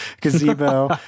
gazebo